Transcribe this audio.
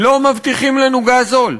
לא מבטיחים לנו גז זול.